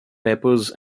peppers